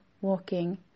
walking